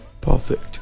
Perfect